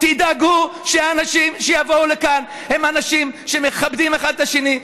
תדאגו שהאנשים שיבואו לכאן יהיו אנשים שמכבדים אחד את השני,